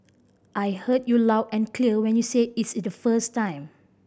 I heard you loud and clear when you said it the first time